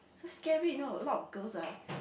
so scary you know a lot of girls ah